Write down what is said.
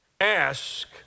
ask